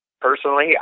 personally